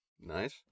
Nice